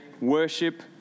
worship